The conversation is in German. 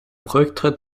rücktritt